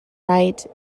wright